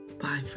Bye